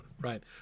right